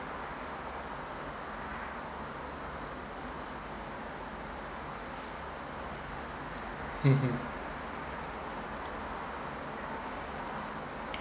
mmhmm